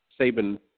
Saban